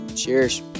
Cheers